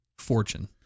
fortune